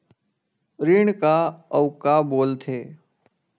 ऋण का अउ का बोल थे?